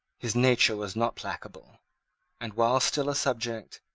his nature was not placable and, while still a subject,